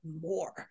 more